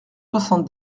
soixante